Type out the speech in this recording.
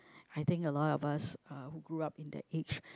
I think a lot of us uh grow up in the age